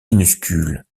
minuscules